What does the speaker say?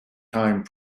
time